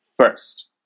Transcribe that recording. first